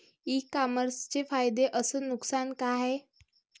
इ कामर्सचे फायदे अस नुकसान का हाये